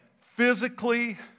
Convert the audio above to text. physically